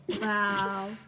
Wow